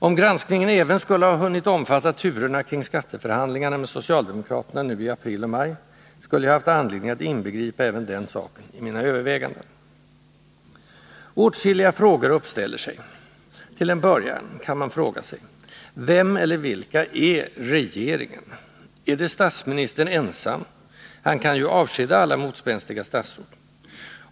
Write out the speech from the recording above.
Om granskningen även skulle ha hunnit omfatta m.m. turerna kring skatteförhandlingarna med socialdemokraterna nu i april och maj, skulle jag ha haft anledning att inbegripa även den saken i mina överväganden. Åtskilliga frågor uppställer sig. Till en början kan man fråga sig: Vem eller vilka är ”regeringen”? Är det statsministern ensam? Han kan ju avskeda alla motspänstiga statsråd.